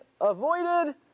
avoided